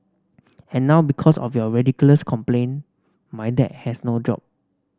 and now because of your ridiculous complaint my dad has no job